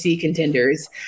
contenders